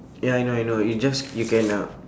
ya I know I know you just you can uh